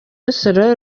busanza